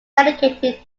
dedicated